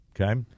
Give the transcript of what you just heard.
Okay